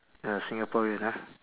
uh singaporean ah